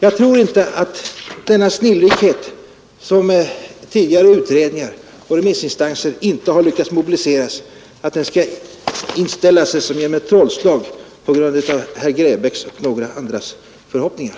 Jag tror inte att denna snillrikhet, som tidigare utredningar och remissinstanser inte har lyckats mobilisera, skall inställa sig som genom ett trollslag på grund av herr Grebäcks och några andras förhoppningar.